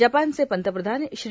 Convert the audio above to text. जपानचे पंतप्रधान श्री